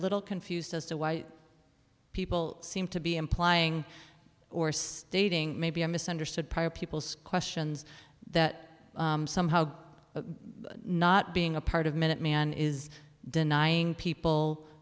little confused as to why people seem to be implying or stating maybe i misunderstood prior peoples questions that somehow not being a part of minuteman is denying people